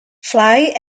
fly